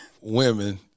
women